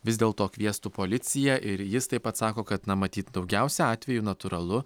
vis dėlto kviestų policiją ir jis taip pat sako kad na matyt daugiausia atvejų natūralu